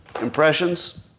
Impressions